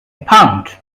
pound